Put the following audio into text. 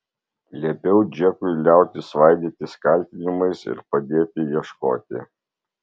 liepiau džekui liautis svaidytis kaltinimais ir padėti ieškoti